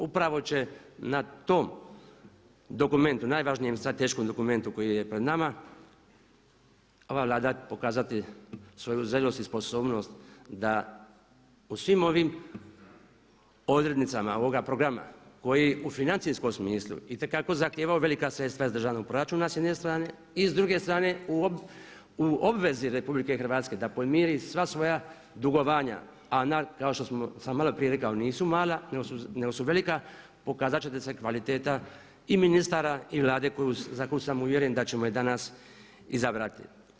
Upravo će na tom dokumentu najvažnijem strateškom dokumentu koji je pred nama ova Vlada pokazati svoju zrelost i sposobnost da u svim ovim odrednicama ovog programa koji u financijskom smislu itekako zahtijevaju velika sredstva iz državnog proračuna s jedne strane i s druge strane u obvezi RH je da podmiri sva svoja dugovanja, a kao što sam malo prije rekao nisu mala, nego su velika, pokazat će se kvaliteta i ministara i vlade za koju sam uvjeren da ćemo je danas izabrati.